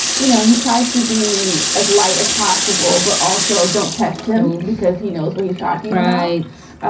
you know, he tries to be as light as possible, but also don't test him because he knows what he's talking. right.